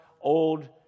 old